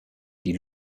die